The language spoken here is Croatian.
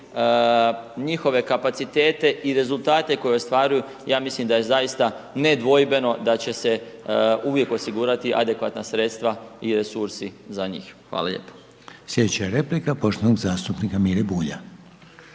njihove kapacitete i rezultate koje ostvaruju, ja mislim da je zaista nedvojbeno da će se uvijek osigurati i adekvatna sredstva i resursi za njih. Hvala lijepo. **Reiner, Željko (HDZ)** Slijedeća replika je poštovanog zastupnika Mire Bulja.